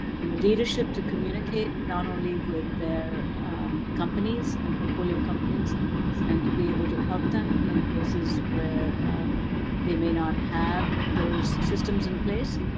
and the leadership to communicate not only with their companies and portfolio companies and to be able to help them in places where they may not have those systems in place,